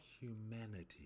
humanity